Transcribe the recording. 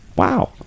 Wow